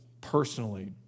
personally